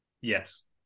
Yes